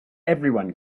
everyone